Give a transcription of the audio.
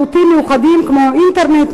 ולשירותים מיוחדים כמו אינטרנט,